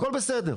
הכל בסדר.